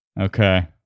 Okay